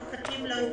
כדי שעסקים לא ייפגעו.